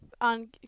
on